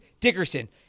Dickerson